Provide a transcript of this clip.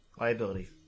Liability